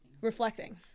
reflecting